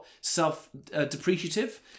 self-depreciative